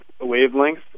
wavelength